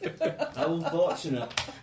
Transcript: unfortunate